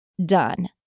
done